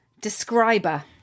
describer